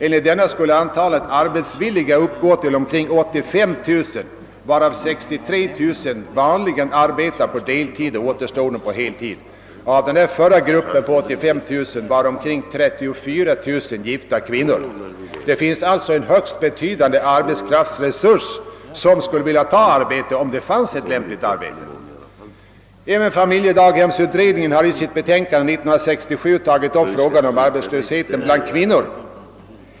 Enligt denna skulle antalet arbetsvilliga uppgå till omkring 85 000, varav 63 000 vanligen arbetar på deltid och återstoden på heltid. Av den förra gruppen var omkring 34 000 gifta kvinnor. Det finns alltså en högst betydande arbetskraftsreseryv, som skulle ta arbete om det funnes ett lämpligt sådant. Även familjedaghemsutredningen har i sitt betänkande 1967 tagit upp frågan om arbetslösheten bland kvinnor.